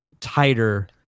tighter